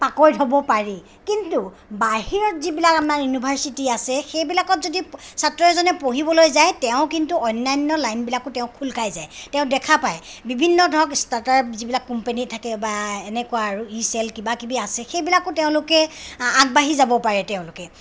পাকৈত হ'ব পাৰি কিন্তু বাহিৰত আমাৰ যিবিলাক ইউনিভাৰ্চিটি আছে সেইবিলাকত যদি ছাত্ৰ এজনে পঢ়িবলৈ যায় তেওঁ কিন্তু অন্যান্য লাইনবিলাকো তেওঁ খোল খাই যায় তেওঁ দেখা পায় বিভিন্ন ধৰক ষ্টাৰ্টাৰ্প যিবিলাক কোম্পানী থাকে বা এনেকুৱা আৰু ই চেল কিবাকিবি আছে সেইবিলাকো তেওঁলোকে আগবাঢ়ি যাব পাৰে তেওঁলোকে